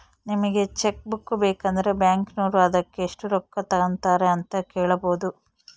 ನಿಮಗೆ cheque book ಬೇಕಂದ್ರ ಬ್ಯಾಕಿನೋರು ಅದಕ್ಕೆ ಎಷ್ಟು ರೊಕ್ಕ ತಂಗತಾರೆ ಅಂತ ಕೇಳಬೊದು